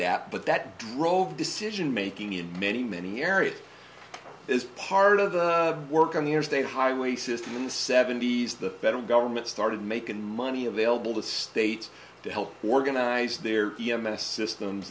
that but that drove decision making in many many areas is part of the work on the interstate highway system in the seventy's the federal government started making money available to states to help organize their v m s systems